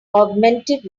augmented